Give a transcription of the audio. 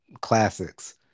Classics